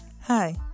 Hi